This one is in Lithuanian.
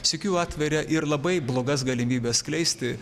sykiu atveria ir labai blogas galimybes skleisti